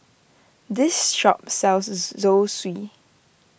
this shop sells Zosui